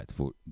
...voor